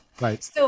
Right